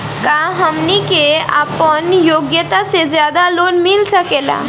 का हमनी के आपन योग्यता से ज्यादा लोन मिल सकेला?